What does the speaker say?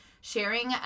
sharing